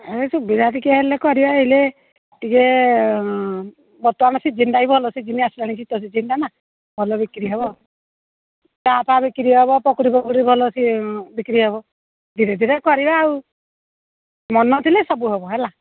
ଏ ସୁବିଧା ଟିକିଏ ହେଲେ କରିବା ଏଇନେ ଟିକେ ବର୍ତ୍ତମାନ ସିଜିିନ୍ଟା ବି ଭଲ ସିଜିିନ୍ ଆସିଲଣି ଶୀତ ସିଜିିନ୍ଟା ନା ଭଲ ବିକ୍ରି ହବ ଚା' ଫା ବିକ୍ରି ହବ ପକୁଡ଼ି ଫକୁଡ଼ି ଭଲ ବିକ୍ରି ହବ ଧୀରେ ଧୀରେ କରିବା ଆଉ ମନ ଥିଲେ ସବୁ ହବ ହେଲା